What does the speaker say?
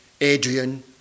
Adrian